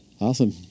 Awesome